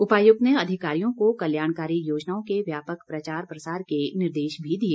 उपायुक्त ने अधिकारियों को कल्याणकारी योजनाओं के व्यापक प्रचार प्रसार के निर्देश भी दिए